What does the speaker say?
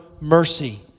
mercy